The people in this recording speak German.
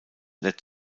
led